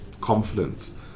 confidence